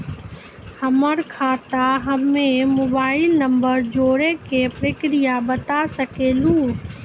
हमर खाता हम्मे मोबाइल नंबर जोड़े के प्रक्रिया बता सकें लू?